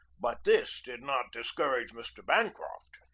but this did not discourage mr. bancroft.